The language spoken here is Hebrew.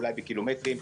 אולי בקילומטרים?